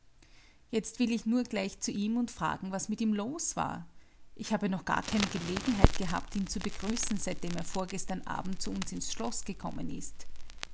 jetzt will ich nur gleich zu ihm und fragen was mit ihm los war ich hab ja noch keine gelegenheit gehabt ihn zu begrüßen seitdem er vorgestern abend zu uns ins schloß gekommen ist